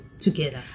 together